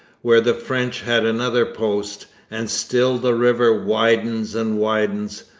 where the french had another post. and still the river widens and widens.